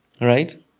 right